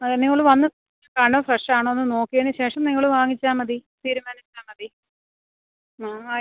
അത് നിങ്ങൾ വന്നു കാണുക ഫ്രഷ് ആണോ എന്ന് നോക്കിയതിന് ശേഷം നിങ്ങൾ വാങ്ങിച്ചാൽ മതി തീരുമാനിച്ചാൽ മതി ആ